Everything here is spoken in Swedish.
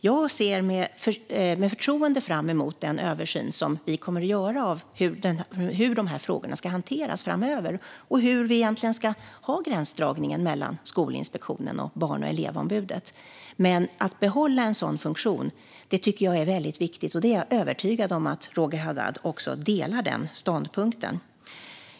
Jag ser med förtroende fram emot den översyn som vi kommer att göra av hur de här frågorna ska hanteras framöver och hur gränsdragningen mellan Skolinspektionen och Barn och elevombudet ska se ut. Men att behålla en sådan funktion tycker jag är väldigt viktigt, och jag är övertygad om att Roger Haddad delar den ståndpunkten.